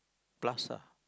plus ah